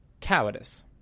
cowardice